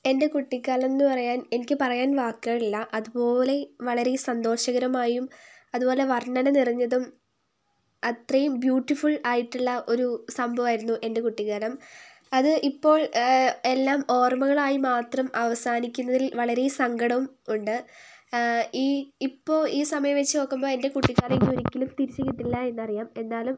എൻ്റെ കുട്ടിക്കാലം എന്നു പറയാൻ എനിക്ക് പറയാൻ വാക്കുകളില്ല അതുപോലെ വളരെ സന്തോഷകരമായും അതുപോലെ വർണ്ണന നിറഞ്ഞതും അത്രയും ബ്യൂട്ടിഫുൾ ആയിട്ടുള്ള ഒരു സംഭവമായിരുന്നു എൻ്റെ കുട്ടിക്കാലം അത് ഇപ്പോൾ എല്ലാം ഓർമ്മകളായി മാത്രം അവസാനിക്കുന്നതിൽ വളരെ സങ്കടം ഉണ്ട് ഈ ഇപ്പോൾ ഈ സമയം വെച്ചു നോക്കുമ്പോൾ എൻ്റെ കുട്ടിക്കാലം ഇനി ഒരിക്കലും തിരിച്ചു കിട്ടില്ല എന്നറിയാം എന്നാലും